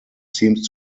seems